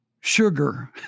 sugar